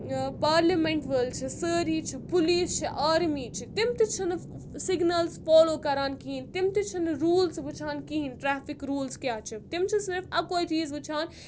parliament وٲلۍ چھِ سٲری چھِ پُلیٖس چھِ آرمی چھِ تِم تہِ چھِنہٕ سِگنَل فالو کَران کِہیٖنۍ تِم تہِ چھِنہٕ روٗلٕس وٕچھان کِہیٖنۍ ٹریفِک روٗلٕز کیاہ چھِ تِم چھِ صرف اَکوے چیٖز وٕچھان